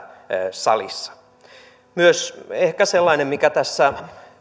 salissa ehkä sellainen mikä tässä myös